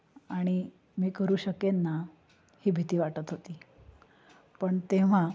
आणि मी करू शकेन ना ही भीती वाटत होती पण तेव्हा